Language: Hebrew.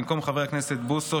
במקום חבר הכנסת בוסו,